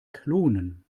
klonen